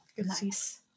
Nice